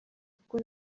kuko